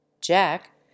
Jack